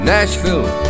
Nashville